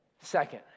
Second